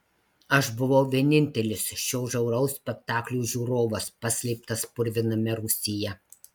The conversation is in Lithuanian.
aš buvau vienintelis šio žiauraus spektaklio žiūrovas paslėptas purviname rūsyje